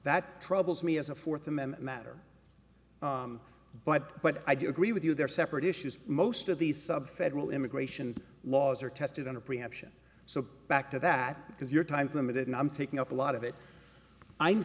that troubles me as a fourth amendment matter but but i do agree with you there are separate issues most of these sub federal immigration laws are tested under preemption so back to that because your time limited and i'm taking up a lot of it i'm